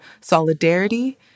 solidarity